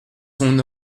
son